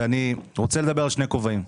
ואני רוצה לדבר על שני כובעים.